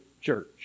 church